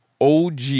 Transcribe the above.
OG